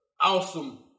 awesome